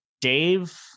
Dave